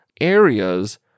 areas